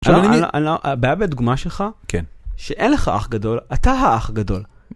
הבעיה בתגובה שלך שאין לך אח גדול, אתה האח גדול.